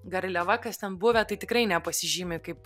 garliava kas ten buvę tai tikrai nepasižymi kaip